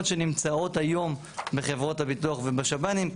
שנמצאות היום בחברות הביטוח ובשב"נים,